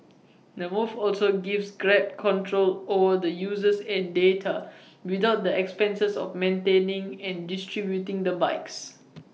the move also gives grab control over the users and data without the expenses of maintaining and distributing the bikes